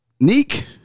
Neek